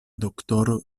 doktoro